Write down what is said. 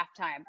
halftime